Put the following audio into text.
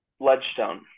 Ledgestone